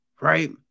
right